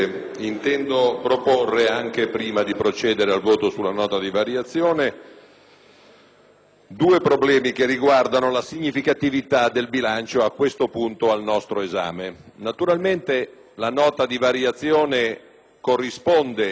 due problemi che riguardano la significatività del bilancio a questo punto al nostro esame. Naturalmente, la Nota di variazioni corrisponde alle esigenze sotto il profilo tecnico, nel senso che trasferisce